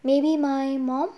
maybe my mom